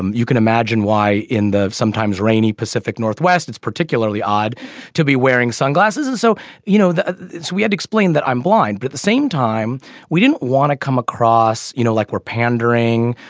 and you can imagine why in the sometimes rainy pacific northwest it's particularly odd to be wearing sunglasses and so you know we had explained that i'm blind but at the same time we didn't want to come across you know like we're pandering.